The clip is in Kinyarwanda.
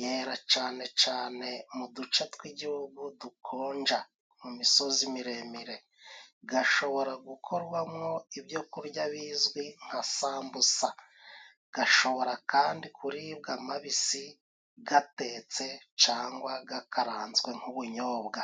yera cyane cyane mu duce tw'igihugu dukonja mu misozi miremire. Ashobora gukorwamwo ibyo kurya bizwi nka sambusa, ashobora kandi kuribwa ari mabisi, atetse cyangwa akaranzwe nk'ubunyobwa.